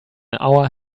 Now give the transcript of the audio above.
our